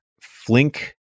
Flink